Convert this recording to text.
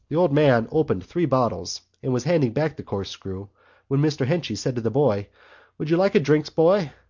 the old man opened three bottles and was handing back the corkscrew when mr. henchy said to the boy would you like a drink, boy?